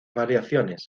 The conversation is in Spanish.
variaciones